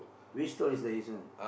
which story is the Isawaran